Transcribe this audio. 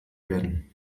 werden